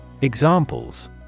Examples